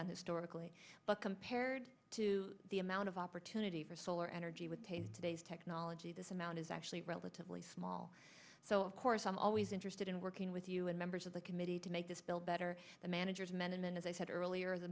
done historically but compared to the amount of opportunity for solar energy would take today's technology this amount is actually relatively small so of course i'm always interested in working with you and members of the committee to make this bill better the manager's men and then as i said earlier the